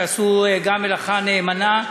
שעשו גם מלאכה נאמנה,